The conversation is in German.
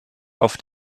auf